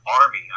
army